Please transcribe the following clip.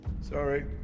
Sorry